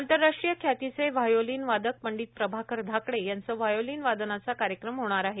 आंतरराष्ट्रीय ख्यातीचे व्यायोलियन वारक पंडित प्रभाकर धाकडे यांचं व्हायोतियन वादनाचा कार्यक्रम होणार आहे